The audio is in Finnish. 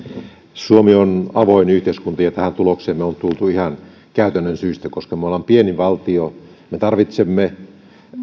suomi on avoin yhteiskunta ja tähän tulokseen me olemme tulleet ihan käytännön syistä koska me olemme pieni valtio me tarvitsemme